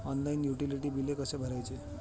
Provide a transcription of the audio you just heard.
Online utility बिले कसे भरायचे?